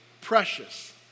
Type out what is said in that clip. precious